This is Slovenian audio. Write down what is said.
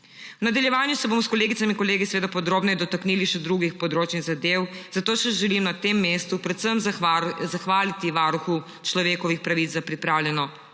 V nadaljevanju se bomo s kolegicami in kolegi seveda podrobneje dotaknili še drugih področij in zadev, zato se želim na tem mestu predvsem zahvaliti Varuhu človekovih pravic za pripravljeno poročilo.